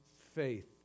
faith